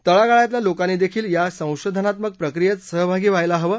तळागाळातल्या लोकांनी देखील या संशोधनात्मक प्रक्रीयेत सहभागी व्हायला हवं